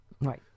Right